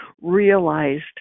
realized